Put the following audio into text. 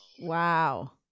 Wow